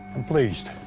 pleased.